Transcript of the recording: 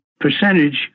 percentage